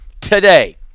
Today